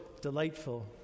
delightful